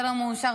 זה לא מאושר,